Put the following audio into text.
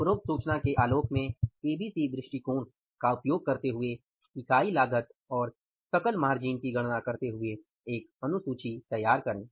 उपरोक्त सूचना के आलोक में एबीसी दृष्टिकोण का उपयोग करते हुए इकाई लागत और सकल मार्जिन की गणना करते हुए एक अनुसूची तैयार करें